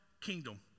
kingdom